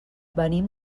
venim